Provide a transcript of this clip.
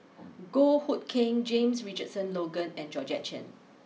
Goh Hood Keng James Richardson Logan and Georgette Chen